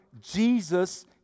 Jesus